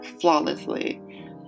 flawlessly